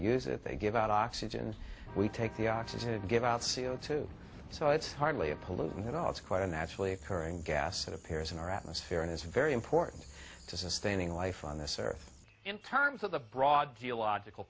use it they give out oxygen we take the oxygen and give out c o two so it's hardly a pollutant at all it's quite a naturally occurring gas that appears in our atmosphere and is very important to sustaining life on this earth in terms of the broad geological